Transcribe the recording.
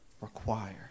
require